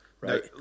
right